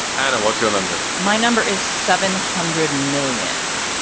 adam, what's your number? my number is seven hundred million.